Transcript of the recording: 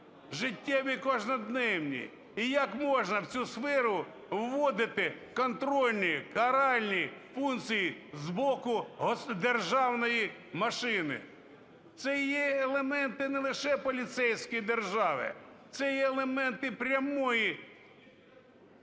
життєві щоденні. І як можна в цю сферу вводити контрольні каральні функції з боку державної машини? Це є елементи не лише поліцейської держави, це є елементи прямої…